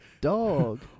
dog